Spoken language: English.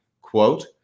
quote